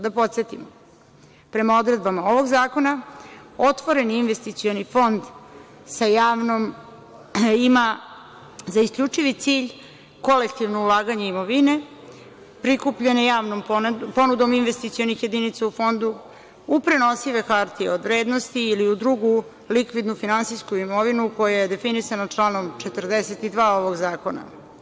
Da podsetimo, prema odredbama ovog zakona, otvoreni investicioni fond ima za isključivi cilj kolektivno ulaganje imovine prikupljene javnom ponudom investicionih jedinica u fondu u prenosive hartije od vrednosti ili u drugu likvidnu finansijsku imovinu koja je definisana članom 42. ovog zakona.